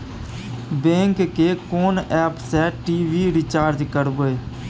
Bank के कोन app से टी.वी रिचार्ज करबे?